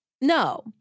No